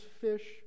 fish